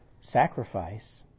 sacrifice